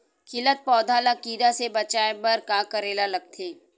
खिलत पौधा ल कीरा से बचाय बर का करेला लगथे?